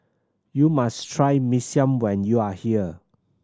you must try Mee Siam when you are here